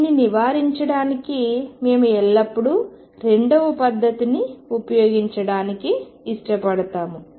దీన్ని నివారించడానికి మేము ఎల్లప్పుడూ రెండవ పద్ధతిని ఉపయోగించడానికి ఇష్టపడతాము